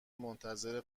منتظر